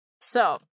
so-